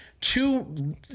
two